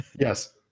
Yes